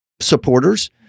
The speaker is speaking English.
supporters